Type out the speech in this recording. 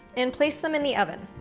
and place them in the oven.